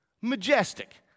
majestic